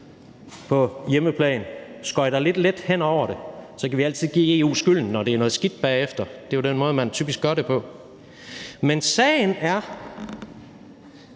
herhjemme, nemlig skøjter lidt let hen over det, og så kan vi altid give EU skylden, når det bagefter er noget skidt. Det er den måde, man typisk gør det på. Men sagen er,